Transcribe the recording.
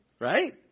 Right